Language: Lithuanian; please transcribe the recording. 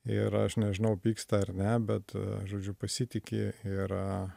ir aš nežinau pyksta ar ne bet žodžiu pasitiki ir